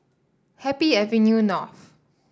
Happy Avenue North